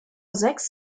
sechs